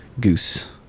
goose